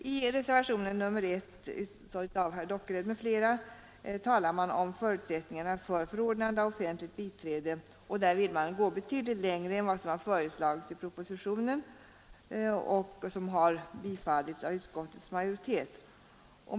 I reservationen 1 av herr Dockered m.fl. talas om förutsättningarna för förordnande av offentligt biträde. Där vill man gå betydligt längre än vad som har föreslagits i propositionen och vad som har tillstyrkts av utskottets majoritet.